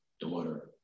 daughter